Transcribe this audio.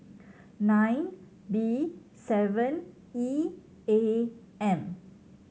nine B seven E A M